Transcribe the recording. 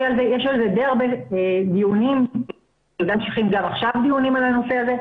יש על זה די הרבה דיונים וממשיכים גם עכשיו דיונים על הנושא הזה.